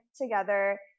together